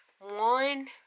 One